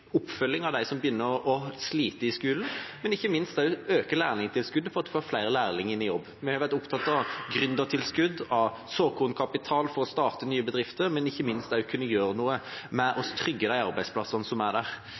oppfølging av dem som begynner å slite i skolen, og ikke minst å øke lærlingtilskuddet for å få flere lærlinger i jobb. Vi har vært opptatt av gründertilskudd, av såkornkapital for å starte nye bedrifter og ikke minst av å kunne gjøre noe for å trygge de arbeidsplassene som er der.